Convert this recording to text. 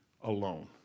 alone